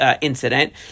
Incident